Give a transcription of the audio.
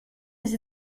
des